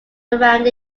around